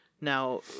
Now